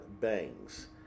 Bangs